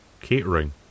catering